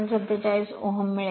47 Ω मिळेल